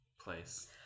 place